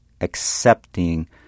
accepting